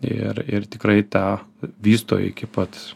ir ir tikrai tą vysto iki pat